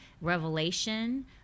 revelation